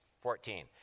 Fourteen